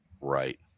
right